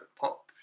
pop